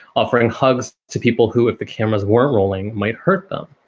offering hugs to people who, if the cameras were rolling, might hurt them.